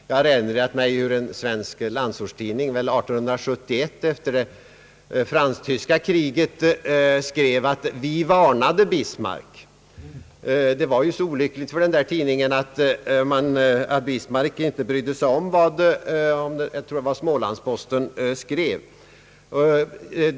Jag erinrar mig hur en svensk landsortstidning 1871, efter det för Tyskland olyckliga fransk-tyska kriget skrev att »Vvi varnade Bismarck». Det var tråkigt för den där tidningen, jag tror det var Smålandsposten, att Bismarck inte brydde sig om vad den skrev.